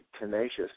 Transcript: tenacious